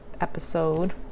episode